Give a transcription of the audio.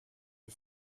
ihr